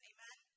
Amen